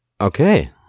Okay